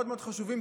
מאוד מאוד חשובים,